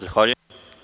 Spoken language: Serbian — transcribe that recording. Zahvaljujem.